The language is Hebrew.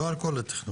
לא על כך התכנון.